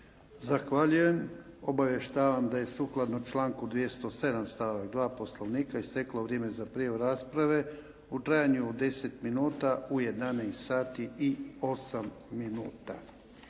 Zahvaljujem. Obavještavam da je sukladno članku 207. stavak 2. Poslovnika isteklo vrijeme za prijavu rasprave u trajanju od 10 minuta u 11 sati i 8 minuta.